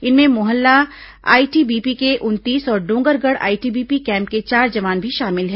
इनमें मोहला आईटीबीपी के उनतीस और डोंगरगढ़ आईटीबीपी कैम्प के चार जवान भी शामिल हैं